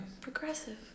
Progressive